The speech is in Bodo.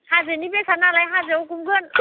हाजोनि बेसाद नालाय हाजोआव गुमगोन